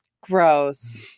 Gross